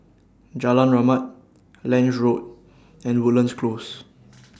Jalan Rahmat Lange Road and Woodlands Close